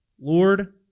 Lord